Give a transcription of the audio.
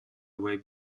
away